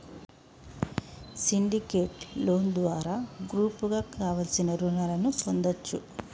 syndicate loan ద్వారా గ్రూపుగా కావలసిన రుణాలను పొందచ్చు